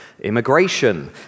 Immigration